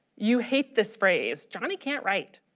you hate this phrase johnny can't write.